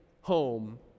home